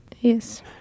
Yes